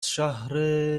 شهر